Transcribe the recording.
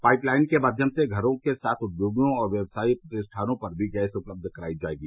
pipe line के माध्यम से घरों के साथ उद्योगों और व्यवसायी प्रतिष्ठानों पर भी गैस उपलब्ध कराई जायेगी